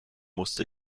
musste